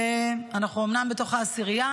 אנחנו אומנם בתוך העשירייה,